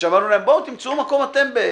כשאמרנו להם: בואו תמצאו אתם מקום בירושלים,